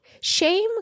Shame